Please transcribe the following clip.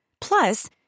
Plus